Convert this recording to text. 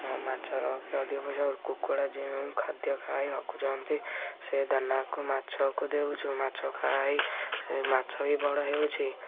ମାଛ ରଖି ଅଧିକ ପଇସା କୁକଡ଼ା ଯେଉଁ ଖାଦ୍ୟ ଖାଇ ରଖୁଛନ୍ତି ସେ ଦାନାକୁ ମାଛକୁ ଦେଉଛୁ ମାଛ ଖାଇ ସେ ମାଛ ହିଁ ବଡ଼ ହେଉଛି